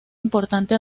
importante